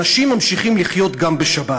אנשים ממשיכים לחיות גם בשבת.